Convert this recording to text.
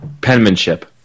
penmanship